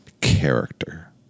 character